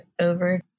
over